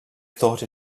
thought